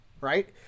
right